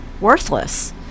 worthless